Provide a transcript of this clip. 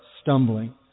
stumbling